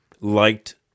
liked